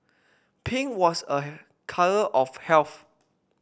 pink was a colour of health